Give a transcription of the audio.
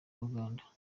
uganda